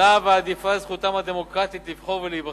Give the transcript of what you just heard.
שבהם הם מתגוררים עולה ועדיפה על זכותם הדמוקרטית לבחור ולהיבחר,